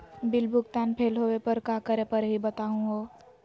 Bill भुगतान fail होवे पर का करै परही, बताहु हो?